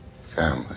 Family